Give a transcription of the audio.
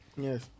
Yes